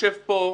ויושב פה,